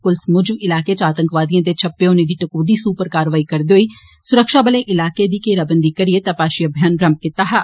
पुलस मुजब इलाके च आतंकवादिए दे छप्पे होने दी टकोहदी सूह उप्पर कारवाई करदे होई सुरक्षाबले इलाके दी घेराबंदी करएि तपाशी अभियान रम्भ कीता हा